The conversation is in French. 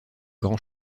grand